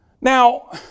Now